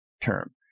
term